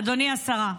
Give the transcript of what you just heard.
אדוני סגן השרה.